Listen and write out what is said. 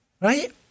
Right